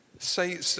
say